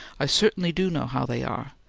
i certainly do know how they are,